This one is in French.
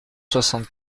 soixante